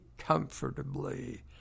comfortably